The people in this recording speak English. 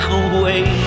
away